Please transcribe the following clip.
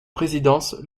présidence